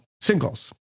singles